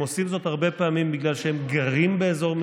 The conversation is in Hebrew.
הם עושים זאת הרבה פעמים בגלל שהם גרים באזור מסוכן,